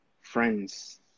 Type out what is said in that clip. friends